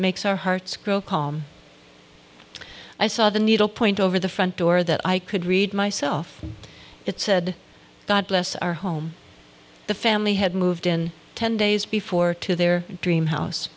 makes our hearts grow calm i saw the needlepoint over the front door that i could read myself it said god bless our home the family had moved in ten days before to their dream house